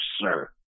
sir